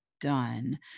done